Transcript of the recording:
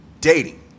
dating